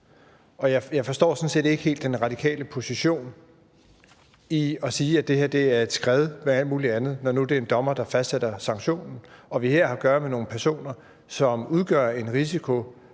set ikke helt den radikale position med at sige, at det her er et skred i forhold til alt muligt andet, når nu det er en dommer, der fastsætter sanktionen, og når vi her har at gøre med nogle personer, som udgør en risiko,